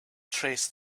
trace